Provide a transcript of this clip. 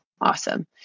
Awesome